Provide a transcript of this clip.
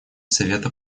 совета